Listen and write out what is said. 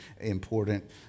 important